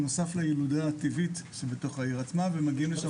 בנוסף לילודה הטבעית שבתוך העיר עצמה ומגיעים לשם